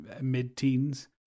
mid-teens